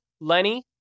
Lenny